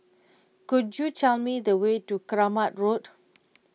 could you tell me the way to Keramat Road